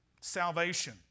salvation